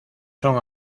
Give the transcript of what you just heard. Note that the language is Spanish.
son